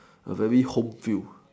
a very home feel